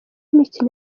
mikino